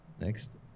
next